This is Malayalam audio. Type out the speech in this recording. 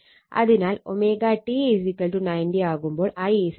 അതിനാൽ ω t 90° ആവുമ്പോൾ I Im